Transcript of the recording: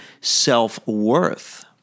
self-worth